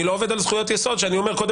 אני לא עובד על זכויות יסוד שאני אומר קודם